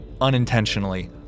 unintentionally